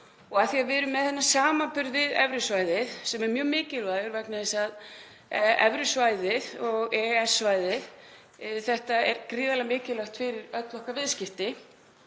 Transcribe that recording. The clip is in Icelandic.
Af því að við erum með þennan samanburð við evrusvæðið, sem er mjög mikilvægur vegna þess að evrusvæðið og EES-svæðið eru gríðarlega mikilvæg fyrir öll okkar viðskipti,